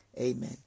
Amen